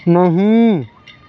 نہیں